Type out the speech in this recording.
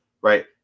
right